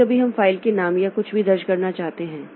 कभी कभी हम फाइल के नाम या कुछ भी दर्ज करना चाहते हैं